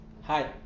Hi